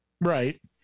right